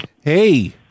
hey